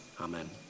Amen